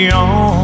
on